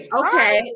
okay